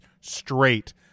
straight